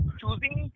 choosing